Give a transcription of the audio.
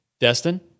Destin